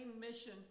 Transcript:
mission